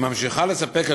והיא ממשיכה לספק,